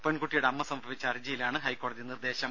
പെൺകുട്ടിയുടെ അമ്മ സമർപ്പിച്ച ഹർജിയിലാണ് ഹൈക്കോടതി നിർദ്ദേശം